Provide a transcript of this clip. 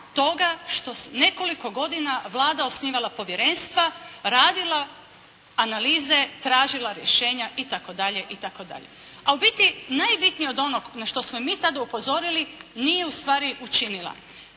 toga što nekoliko godina Vlada osnivala povjerenstva, radila analize, tražila rješenja itd. itd. A u biti najbitnije od onog na što smo i mi tada upozorili nije u stvari učinila.